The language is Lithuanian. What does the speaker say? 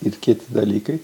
ir kiti dalykai